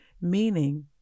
meaning